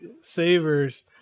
Savers